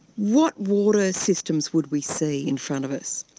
what water systems would we see in front of us?